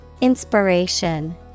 Inspiration